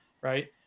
Right